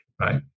right